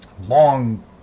Long